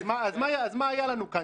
אז מה היה לנו כאן?